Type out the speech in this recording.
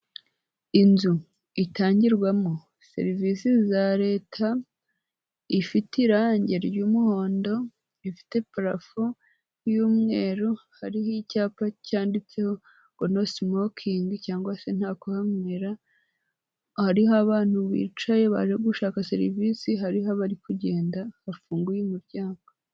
Inzu itangirwamo serivisi za leta, ifite irangi ry'umuhondo, ifite parafo y'umweru, hariho icyapa cyanditseho ngo no simokingi cyangwa se nta kuhankwera, hariho abantu bicaye baje gushaka serivisi, hariho abari kugenda bafunguye umuryango.